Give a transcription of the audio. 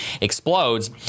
explodes